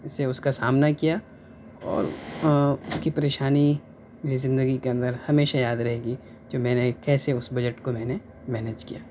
سے اُس کا سامنا کیا اور اُس کی پریشانی میری زندگی کے اندر ہمیشہ یاد رہے گی جو میں نے کیسے اُس بجٹ کو میں نے مینج کیا